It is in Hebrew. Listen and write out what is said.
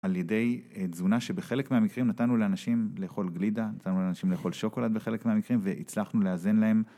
על ידי תזונה שבחלק מהמקרים נתנו לאנשים לאכול גלידה נתנו לאנשים לאכול שוקולד בחלק מהמקרים והצלחנו לאזן להם